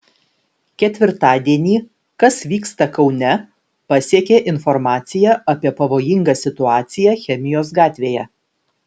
ketvirtadienį kas vyksta kaune pasiekė informacija apie pavojingą situaciją chemijos gatvėje